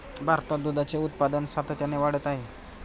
भारतात दुधाचे उत्पादन सातत्याने वाढत आहे